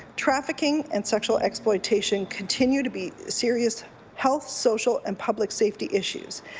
trafficking and sexual exploitation continue to be serious health, social and public safety issues.